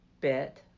bit